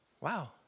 Wow